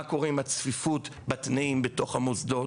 מה קורה עם הצפיפות בתנאים בתוך המוסדות,